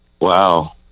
Wow